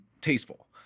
tasteful